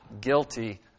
guilty